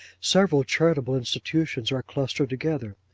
several charitable institutions are clustered together.